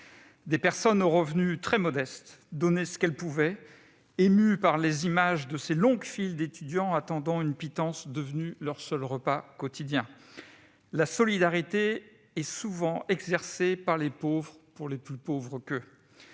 Des personnes aux revenus très modestes donnaient ce qu'elles pouvaient, émues par les images de ces longues files d'étudiants attendant une pitance devenue leur seul repas quotidien. La solidarité est souvent exercée par les pauvres pour les plus pauvres qu'eux.